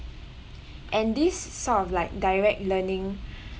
and these sort of like direct learning